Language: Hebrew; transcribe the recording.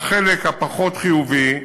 החלק הפחות חיובי,